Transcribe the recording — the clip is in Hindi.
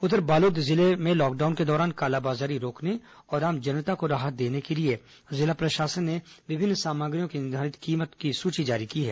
उधर बालोद जिले में लॉकडाउन के दौरान कालाबाजारी रोकने और आम जनता को राहत देने के लिए जिला प्रशासन ने विभिन्न सामग्रियों की निर्धारित कीमत की सूची जारी की है